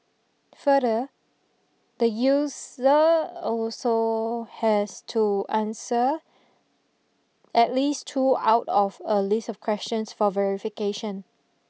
further the user also has to answer at least two out of a list of questions for verification